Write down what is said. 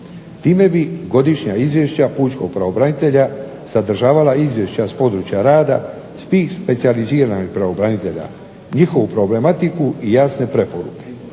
time bi godišnja izvješća pučkog pravobranitelja sadržava izvješća s područja rada s tih specijaliziranih pravobranitelja, njihovu problematiku i jasne preporuke.